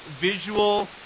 visual